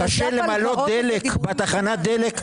קשה למלא דלק בתחנת דלק.